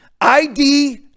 ID